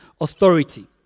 authority